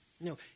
No